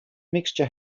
mixture